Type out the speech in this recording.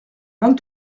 vingt